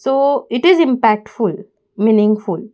so it is impactful meaningful